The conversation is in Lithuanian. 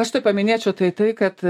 aš tai paminėčiau tai tai kad